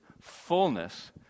fullness